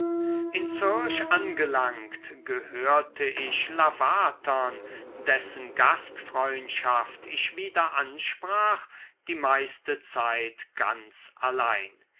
in zürch angelangt gehörte ich lavatern dessen gastfreundschaft ich wieder ansprach die meiste zeit ganz allein